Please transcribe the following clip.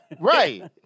Right